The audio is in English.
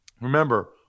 remember